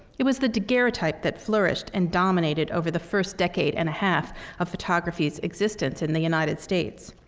it was the daguerreotype that flourished and dominated over the first decade and a half of photography's existence in the united states.